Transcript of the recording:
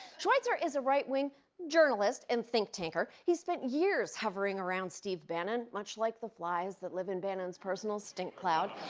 schweizer is a right wing journalist and think tanker. he spent years hovering around steve bannon, much like the flies that live in bannon's personal stink cloud.